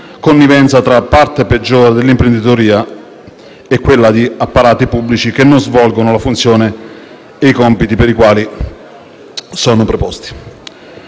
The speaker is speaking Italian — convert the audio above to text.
connivenza tra parte peggiore dell’imprenditoria e apparati pubblici che non svolgono la funzione e i compiti per i quali sono preposti.